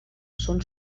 són